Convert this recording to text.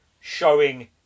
showing